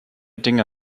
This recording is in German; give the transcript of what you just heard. dinge